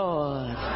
Lord